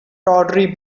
tawdry